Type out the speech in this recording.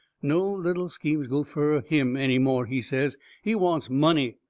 no little schemes go fur him any more, he says. he wants money.